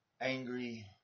angry